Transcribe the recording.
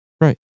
Right